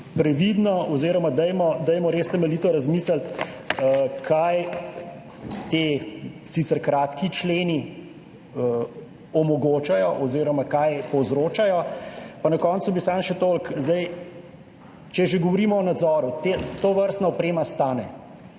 previdno oziroma dajmo res temeljito razmisliti, kaj ti sicer kratki členi omogočajo oziroma kaj povzročajo. Pa na koncu bi samo še toliko, če že govorimo o nadzoru, tovrstna oprema stane.